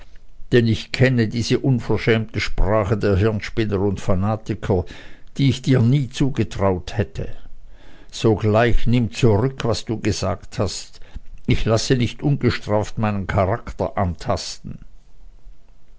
denn ich kenne diese unverschämte sprache der hirnspinner und fanatiker die ich dir nie zugetraut hätte sogleich nimm zurück was du gesagt hast ich lasse nicht ungestraft meinen charakter antasten